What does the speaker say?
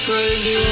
Crazy